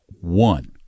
One